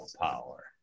power